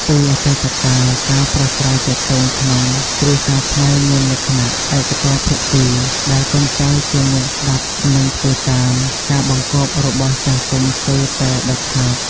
ពីអតីតកាល ការប្រាស្រ័យទាក់ទងក្នុងគ្រួសារខ្មែរមានលក្ខណៈ ឯកតោភាគី ដែលកូនចៅជាអ្នក ស្ដាប់ និងធ្វើតាម ការបង្គាប់របស់ចាស់ទុំស្ទើរតែដាច់ខាត។